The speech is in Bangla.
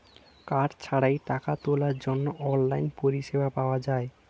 কার্ড ছাড়াই টাকা তোলার জন্য অনলাইন পরিষেবা পাওয়া যায়